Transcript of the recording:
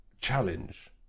challenge